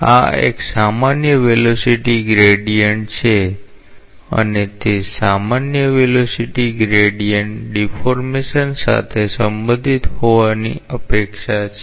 આ એક સામાન્ય વેલોસીટી ગ્રેડીયન્ટ છે અને તે સામાન્ય વેલોસીટી ગ્રેડીયન્ટ ડીફૉર્મેશન સાથે સંબંધિત હોવાની અપેક્ષા છે